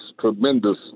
tremendous